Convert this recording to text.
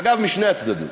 אגב, משני הצדדים: